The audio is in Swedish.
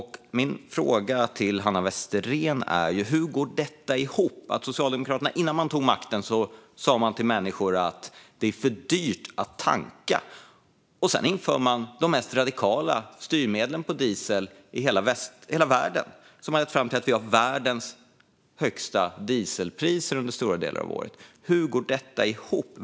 Hur går detta ihop, Hanna Westerén? Innan Socialdemokraterna tog makten sa man att det var för dyrt att tanka, och sedan införde man de mest radikala styrmedlen för dieseln i hela världen. Det har lett fram till att Sverige har världens högsta dieselpriser under stora delar av året. Hur går detta ihop?